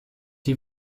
die